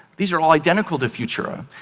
these are ah identical to futura.